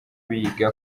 biga